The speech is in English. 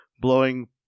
Blowing